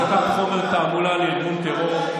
בהחזקת חומר תעמולה לארגון טרור,